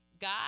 God